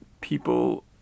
people